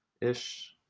ish